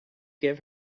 give